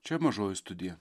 čia mažoji studija